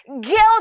guilty